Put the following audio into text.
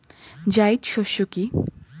জায়িদ শস্য কি?